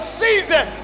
season